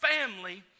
family